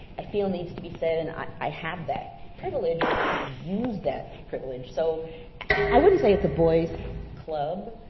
i feel needs to be said and i have that privilege and i can use that privilege. so i wouldn't say it's a boys club,